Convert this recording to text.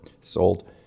sold